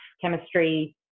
chemistry